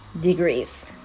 degrees